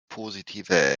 positive